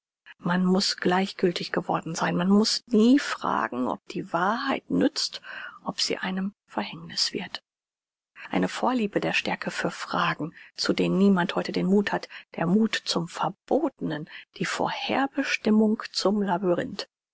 man muß gleichgültig geworden sein man muß nie fragen ob die wahrheit nützt ob sie einem verhängniß wird eine vorliebe der stärke für fragen zu denen niemand heute den muth hat der muth zum verbotenen die vorherbestimmung zum labyrinth